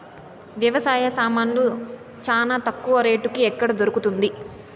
వ్యవసాయ సామాన్లు చానా తక్కువ రేటుకి ఎక్కడ దొరుకుతుంది?